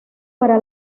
para